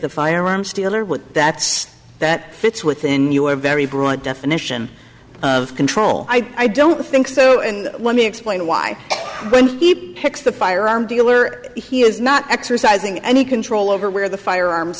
the firearms dealer what that's that fits within your very broad definition of control i don't think so and let me explain why he picks the firearm dealer he is not exercising any control over where the firearms